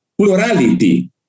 plurality